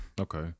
Okay